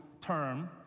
term